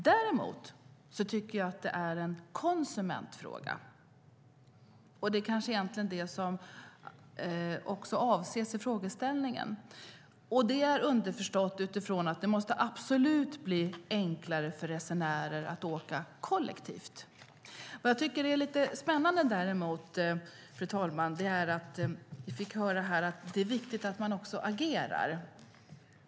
Däremot tycker jag att det är en konsumentfråga, och det kanske är det som egentligen avses i frågeställningen. Det är underförstått utifrån att det absolut måste bli enklare för resenärer att åka kollektivt. Fru talman! Jag tycker att det är lite spännande att vi fick höra här att det är viktigt att man agerar.